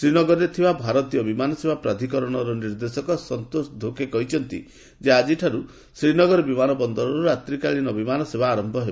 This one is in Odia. ଶ୍ରୀନଗରରେ ଥିବା ଭାରତୀୟ ବିମାନ ସେବା ପ୍ରାଧିକରଣର ନିର୍ଦ୍ଦେଶକ ସନ୍ତୋଷ ଧୋକେ କହିଛନ୍ତି ଯେ ଆଜିଠାରୁ ଶ୍ରୀନଗର ବିମାନ ବନ୍ଦରରୁ ରାତ୍ରିକାଳୀନ ବିମାନ ସେବା ଆରନ୍ଭ ହେବ